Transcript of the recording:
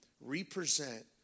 represent